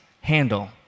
handle